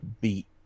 beat